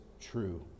true